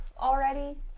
already